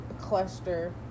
cluster